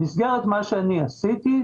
במסגרת מה שאני עשיתי,